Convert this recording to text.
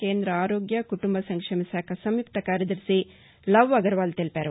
కేంద్ర ఆరోగ్య కుటుంబ సంక్షేమశాఖ సంయుక్త కార్యదర్శి లవ్ అగర్వాల్ తెలిపారు